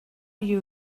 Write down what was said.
you